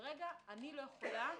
כרגע אני לא יכולה